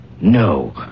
no